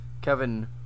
Kevin